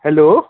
hello